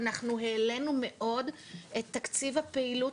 אנחנו העלנו מאוד את תקציב הפעילות,